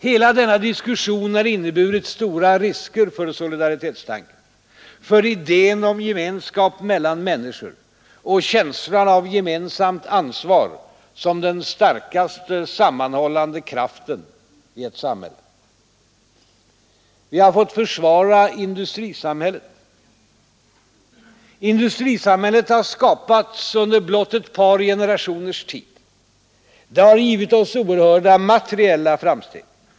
Hela denna diskussion har inneburit stora risker för solidaritetstanken, för idéen om gemenskap mellan människor och känslan av gemensamt ansvar som den starkaste sammanhållande kraften i ett samhälle. Vi har fått försvara industrisamhället. Industrisamhället har skapats under blott ett par generationers tid. Det har givit oerhörda materiella framsteg.